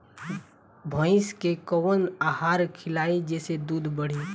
भइस के कवन आहार खिलाई जेसे दूध बढ़ी?